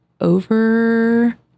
over